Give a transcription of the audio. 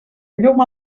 llum